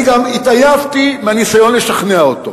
לא, אני גם התעייפתי מהניסיון לשכנע אותו.